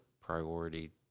priority